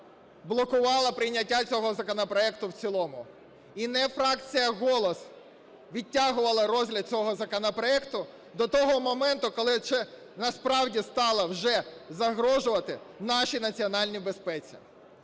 блокувала прийняття цього законопроекту в цілому. І не фракція "Голос" відтягувала розгляд цього законопроекту до того моменту, коли вже насправді стало вже загрожувати нашій національній безпеці.